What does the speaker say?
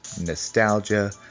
nostalgia